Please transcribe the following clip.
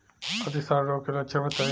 अतिसार रोग के लक्षण बताई?